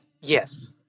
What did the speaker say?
Yes